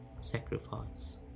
sacrifice